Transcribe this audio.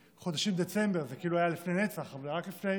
בחודש דצמבר, זה כאילו היה לפני נצח, אבל רק לפני